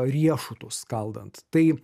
riešutus skaldant tai